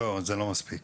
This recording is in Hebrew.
לא, זה לא מספיק.